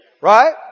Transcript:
Right